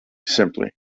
simply